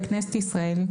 בכנסת ישראל,